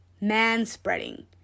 man-spreading